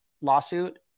lawsuit